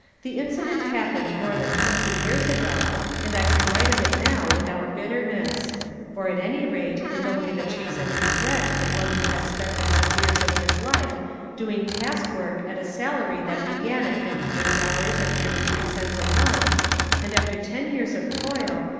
the incident happened more than twenty years ago and i can write of it now without bitterness or at any rate with only the chas tened regret of one who has spent the best years of his life doing task-work at a salary that began at fifty-eight dollars and thirty-three cents a month and after ten years of toil,